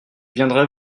viendrai